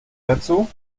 dazu